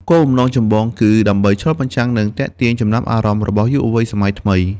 គោលបំណងចម្បងគឺដើម្បី ឆ្លុះបញ្ចាំង និង ទាក់ទាញ ចំណាប់អារម្មណ៍របស់យុវវ័យសម័យថ្មី។